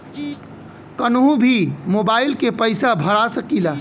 कन्हू भी मोबाइल के पैसा भरा सकीला?